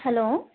hello